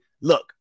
look